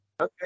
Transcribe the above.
Okay